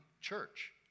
church